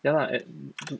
ya lah at